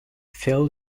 phil